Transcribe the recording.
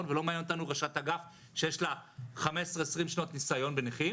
ולא מעניין אותי ראשת אגף שיש לה 15 20 שנות ניסיון בנכים,